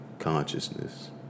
consciousness